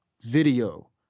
video